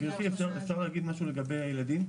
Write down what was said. גברתי, אפשר להגיד משהו לגבי הילדים?